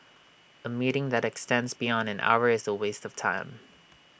A meeting that extends beyond an hour is A waste of time